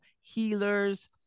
healers